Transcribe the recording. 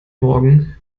morgen